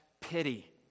pity